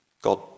God